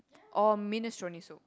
or minestrone soup